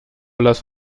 las